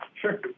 Sure